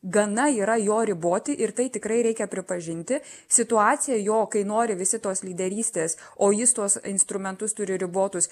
gana yra jo riboti ir tai tikrai reikia pripažinti situacija jo kai nori visi tos lyderystės o jis tuos instrumentus turi ribotus